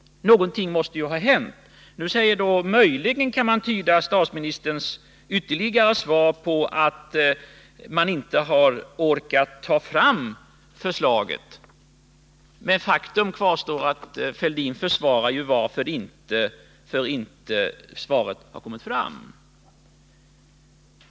Någonting måste ju ha hänt. Möjligen kan man tyda statsministerns utförligare svar så, att man inte har orkat ta fram förslaget. Men faktum kvarstår: Thorbjörn Fälldin försvarar att förslaget inte har kommit fram.